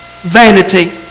vanity